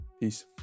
Peace